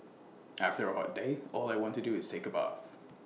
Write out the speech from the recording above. after A hot day all I want to do is take A bath